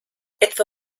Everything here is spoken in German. etwa